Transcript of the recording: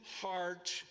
heart